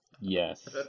Yes